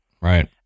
Right